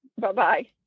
Bye-bye